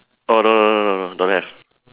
oh no no no no don't have